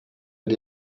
but